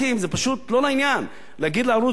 זה פשוט לא לעניין להגיד לערוץ: בוא,